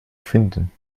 finden